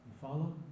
follow